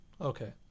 Okay